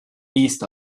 east